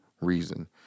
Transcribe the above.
reason